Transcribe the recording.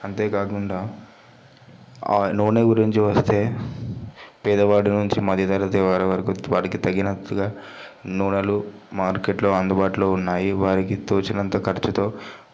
అంతేకాకుండా ఆ నూనె గురించి వస్తే పేదవాడి నుంచి మధ్యతరగతి వారి వరకూ వారికి తగినట్టుగా నూనెలు మార్కెట్లో అందుబాటులో ఉన్నాయి వారికి తోచినంత ఖర్చుతో